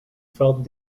felt